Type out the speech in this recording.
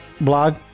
blog